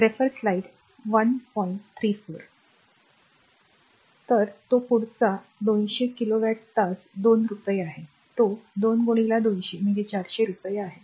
तर तो पुढचा 200 किलोवॅट तास 2 रुपये आहे तो 2 200 म्हणजे 400 रुपये आहे